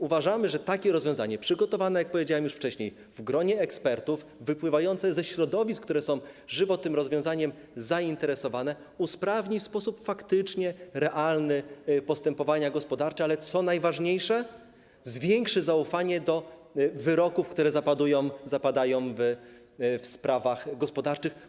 Uważamy, że rozwiązanie przygotowane, jak powiedziałem już wcześniej, w gronie ekspertów, wypływające ze środowisk, które są żywo tym rozwiązaniem zainteresowane, faktycznie usprawni w sposób realny postępowania gospodarcze, a co najważniejsze zwiększy zaufanie do wyroków, które zapadają w sprawach gospodarczych.